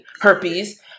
herpes